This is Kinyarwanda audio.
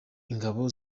ingabo